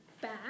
back